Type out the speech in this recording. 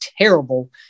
terrible